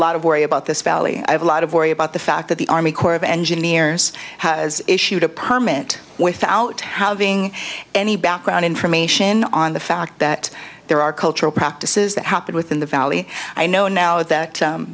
lot of worry about this valley i have a lot of worry about the fact that the army corps of engineers has issued a permit without having any background information on the fact that there are cultural practices that happen within the valley i know now is that